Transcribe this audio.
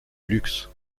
luxe